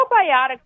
probiotics